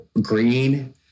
green